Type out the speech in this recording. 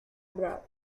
brad